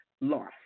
loss